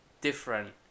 different